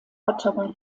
ottawa